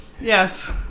yes